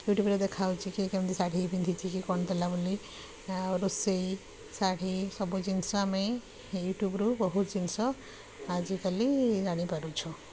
ୟୁଟୁବ୍ରେ ଦେଖା ହେଉଛି କିଏ କେମିତି ଶାଢ଼ୀ ପିନ୍ଧିଛି କି କ'ଣ ଦେଲା ବୋଲି ଆଉ ରୋଷେଇ ଶାଢ଼ୀ ସବୁ ଜିନିଷ ଆମେ ୟୁଟୁବ୍ରୁ ବହୁତ ଜିନିଷ ଆଜିକାଲି ଜାଣିପାରୁଛୁ